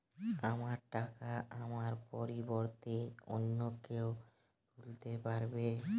আমার টাকা আমার পরিবর্তে অন্য কেউ তুলতে পারবে?